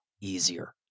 easier